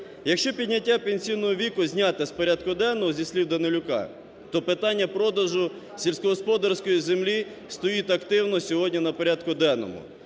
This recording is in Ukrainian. Якщо підняття пенсійного віку знято з порядку денного, зі слів Данилюка, то питання продажу сільськогосподарської землі стоїть активно сьогодні на порядку денному.